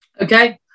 Okay